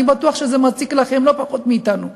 אני בטוח שזה מציק לכם לא פחות מאשר לנו.